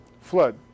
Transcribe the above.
flood